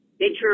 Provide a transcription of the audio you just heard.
nature